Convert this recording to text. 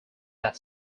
that